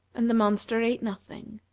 and the monster ate nothing.